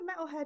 metalhead